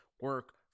Work